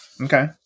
Okay